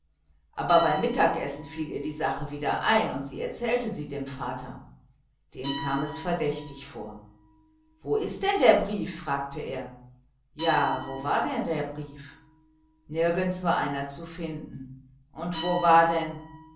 aber beim mittagessen fiel ihr die sache wieder ein und sie erzählte sie dem vater dem kam es verdächtig vor wo ist denn der brief fragte er ja wo war der brief nirgends war einer zu finden und wo war denn ja